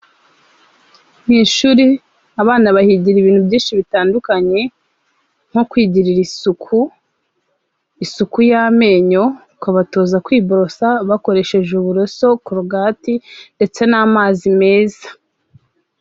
Mu ishuri abana bahigira ibintu byinshi bitandukanye nko kwigirira isuku, isuku y'amenyo, ukabatoza kwiborosa bakoresheje uburoso, korogati ndetse n'amazi meza.